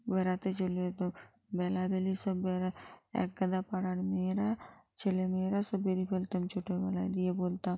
বেড়াতে চলে যেতো বেলা বেলি সব বেড়া একগাদা পাড়ার মেয়েরা ছেলে মেয়েরা সব বেড়িয়ে ফেলতাম ছোটোবেলায় দিয়ে বলতাম